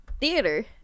theater